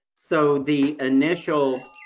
so the initial